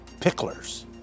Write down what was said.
picklers